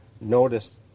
Notice